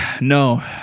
No